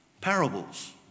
Parables